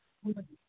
ꯍꯣꯏ